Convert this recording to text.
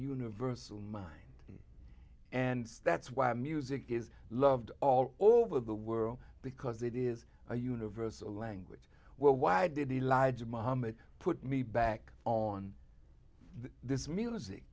universal mind and that's why music is loved all over the world because it is a universal language well why did elijah muhammad put me back on this music